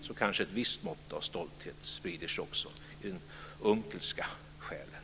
Då kanske ett visst mått av stolthet sprider sig också i den Unckelska själen.